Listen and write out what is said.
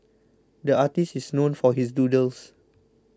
the artist is known for his doodles